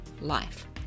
life